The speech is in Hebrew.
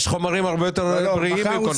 יש חומרים הרבה יותר בריאים מאקונומיקה.